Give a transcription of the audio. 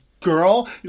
girl